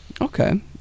Okay